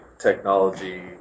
technology